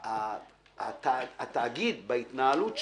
התאגיד בהתנהלות שלו,